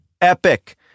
epic